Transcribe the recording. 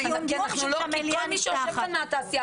לכן צריך להעביר את הנוסחים.